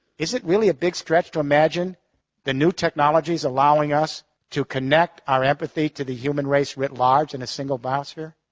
is it really a big stretch to imagine the new technologies allowing us to connect our empathy to the human race writ large in a single biosphere?